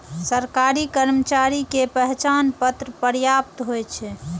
सरकारी कर्मचारी के पहचान पत्र पर्याप्त होइ छै